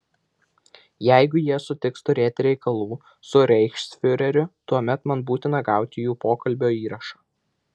jeigu jie sutiks turėti reikalų su reichsfiureriu tuomet man būtina gauti jų pokalbio įrašą